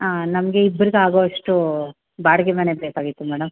ಹಾಂ ನಮಗೆ ಇಬ್ರಿಗೆ ಆಗುವಷ್ಟು ಬಾಡಿಗೆ ಮನೆ ಬೇಕಾಗಿತ್ತು ಮೇಡಮ್